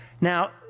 Now